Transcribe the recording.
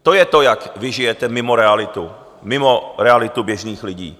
To je to, jak vy žijete mimo realitu, mimo realitu běžných lidí.